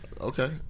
Okay